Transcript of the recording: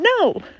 No